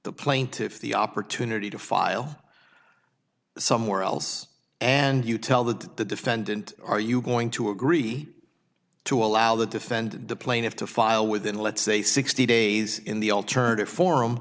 the plaintiff the opportunity to file somewhere else and you tell the the defendant are you going to agree to allow the defend the plaintiff to file within let's say sixty days in the alternative for